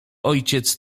ojciec